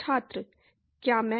छात्र क्या मैं